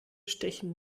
stechen